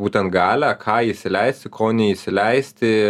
būten galią ką įsileisti ko neįsileisti